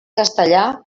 castellà